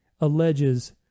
alleges